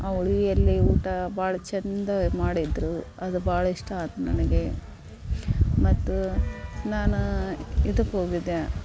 ಆ ಉಳವಿಯಲ್ಲಿ ಊಟ ಭಾಳ ಚಂದ ಮಾಡಿದ್ದರು ಅದು ಭಾಳ ಇಷ್ಟ ಆತು ನನಗೆ ಮತ್ತು ನಾನು ಇದಕ್ಕೆ ಹೋಗಿದ್ದೆ